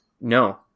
No